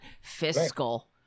Fiscal